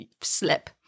slip